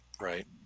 Right